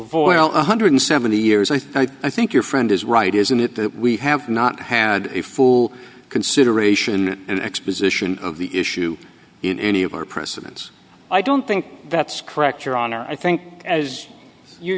one hundred seventy years i think i think your friend is right isn't it that we have not had a full consideration an exposition of the issue in any of our precedents i don't think that's correct your honor i think as you